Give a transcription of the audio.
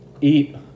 eat